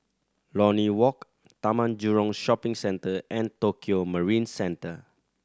Lornie Walk Taman Jurong Shopping Centre and Tokio Marine Centre